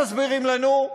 מסבירים לנו,